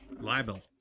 Libel